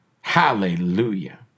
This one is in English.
Hallelujah